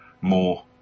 more